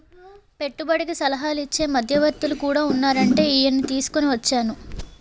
పెట్టుబడికి సలహాలు ఇచ్చే మధ్యవర్తులు కూడా ఉన్నారంటే ఈయన్ని తీసుకుని వచ్చేను